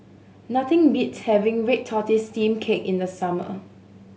nothing beats having red tortoise steamed cake in the summer